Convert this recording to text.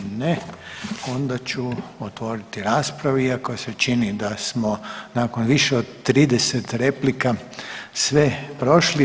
Ne, onda ću otvoriti raspravu iako se čini da smo nakon više od 30 replika sve prošli.